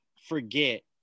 forget